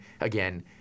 Again